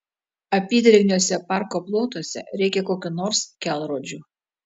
apydrėgniuose parko plotuose reikia kokių nors kelrodžių